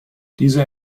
diese